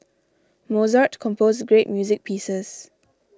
Mozart composed great music pieces